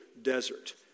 Desert